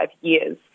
years